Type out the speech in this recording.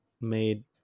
made